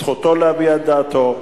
זכותו להביע את דעתו.